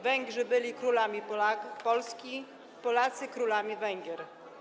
Węgrzy byli królami Polski, Polacy królami Węgier.